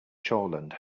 shoreland